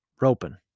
roping